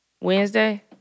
Wednesday